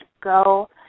go